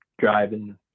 driving